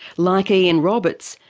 like ian roberts,